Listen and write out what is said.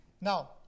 Now